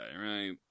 right